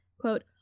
quote